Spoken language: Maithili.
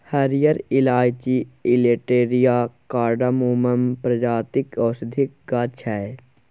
हरियर इलाईंची एलेटेरिया कार्डामोमम प्रजातिक औषधीक गाछ छै